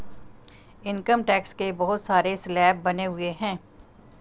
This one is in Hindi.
इनकम टैक्स के बहुत सारे स्लैब बने हुए हैं